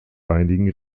einigen